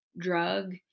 drug